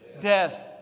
death